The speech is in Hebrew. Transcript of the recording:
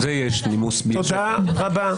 תודה רבה.